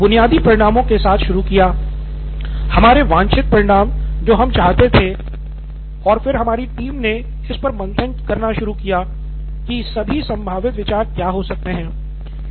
हमने बुनियादी परिणामों के साथ शुरू किया हमारे वांछित परिणाम जो हम चाहते थे और फिर हमारी टीम ने इस पर मंथन करना शुरू किया कि सभी संभावित विचार क्या हो सकते हैं